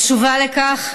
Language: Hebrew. התשובה לכך: